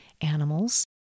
animals